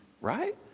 Right